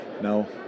no